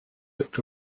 looked